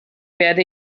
werde